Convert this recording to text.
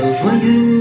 joyeux